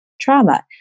trauma